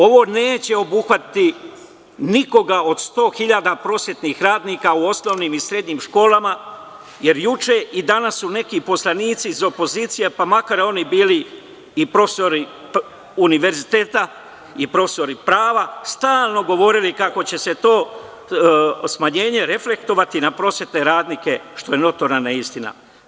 Ovo neće obuhvatiti nikoga od 100 hiljada prosvetnih radnika u osnovnim i srednjim školama, jer juče i danas su neki poslanici iz opozicije, makar oni bili i profesori univerziteta i profesori prava, stalno govorili kako će se to smanjenje reflektovati na prosvetne radnike, što je notorna neistina.